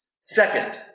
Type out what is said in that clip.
Second